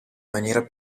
maniera